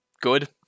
good